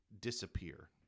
disappear